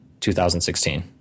2016